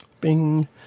Bing